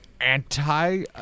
anti